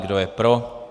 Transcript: Kdo je pro?